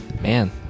man